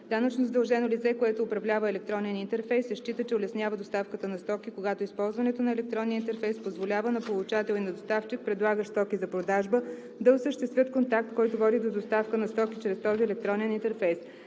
Данъчно задължено лице, което управлява електронен интерфейс, се счита, че улеснява доставката на стоки, когато използването на електронния интерфейс позволява на получател и на доставчик, предлагащ стоки за продажба, да осъществят контакт, който води до доставка на стоки чрез този електронен интерфейс.